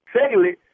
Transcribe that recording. Secondly